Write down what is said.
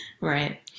right